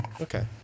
Okay